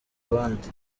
abandi